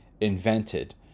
invented